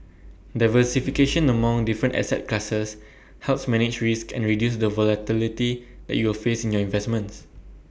diversification among different asset classes helps manage risk and reduce the volatility that you will face in your investments